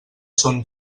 són